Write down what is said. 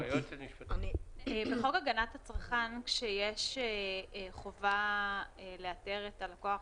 בחוק הגנת הצרכן כשיש חובה לאתר את הלקוח